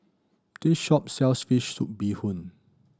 this shop sells fish soup bee hoon